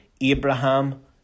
Abraham